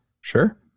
Sure